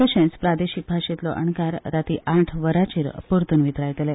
तशेंच प्रादेशीक भार्शेतलो अणकार रातीं आठ वरांचेर परतून वितरायतले